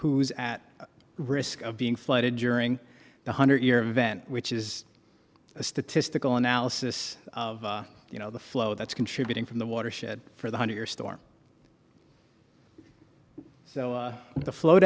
who's at risk of being flooded during the hundred year event which is a statistical analysis of you know the flow that's contributing from the watershed for the hundred year storm so the flow